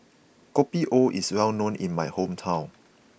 Kopi O is well known in my hometown